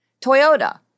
Toyota